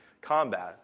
combat